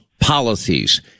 policies